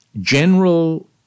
general